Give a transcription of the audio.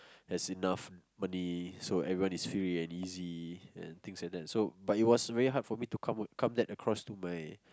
has enough money so everyone is free and easy and things like that so but it was very hard for me to come come that across to my